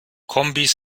kombis